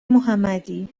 محمدی